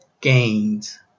gains